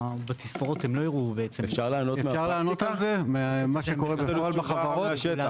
אפשר לענות על זה ממה שקורה בפועל, בחברות?